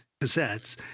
cassettes